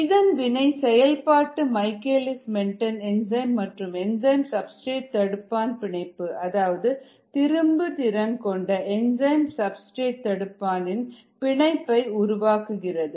இதன் வினை செயல்பாடு மைக்கேல்லிஸ் மென்டென் என்சைம் மற்றும் என்சைம் சப்ஸ்டிரேட் தடுப்பான் பிணைப்பு அதாவது திரும்புதிறன்கொண்ட என்சைம் சப்ஸ்டிரேட் தடுப்பான் இன் பிணைப்பை உருவாக்குகிறது